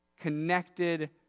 connected